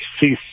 see